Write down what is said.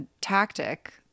tactic